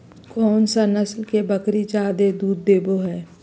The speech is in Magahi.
कौन सा नस्ल के बकरी जादे दूध देबो हइ?